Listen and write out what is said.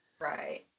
Right